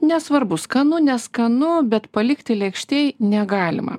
nesvarbu skanu neskanu bet palikti lėkštėj negalima